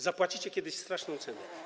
Zapłacicie kiedyś straszną cenę.